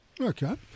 Okay